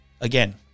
again